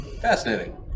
Fascinating